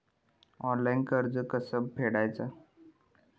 Online कर्ज कसा फेडायचा?